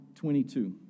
22